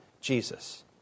Jesus